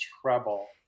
treble